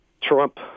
Trump